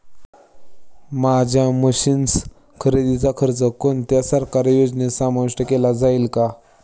माझ्या मशीन्स खरेदीचा खर्च कोणत्या सरकारी योजनेत समाविष्ट केला जाईल का?